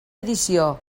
edició